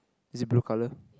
is it blue colour